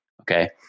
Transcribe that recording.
Okay